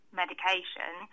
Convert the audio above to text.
medication